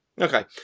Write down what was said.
okay